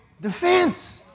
defense